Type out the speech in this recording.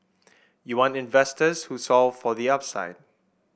you want investors who solve for the upside